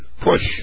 push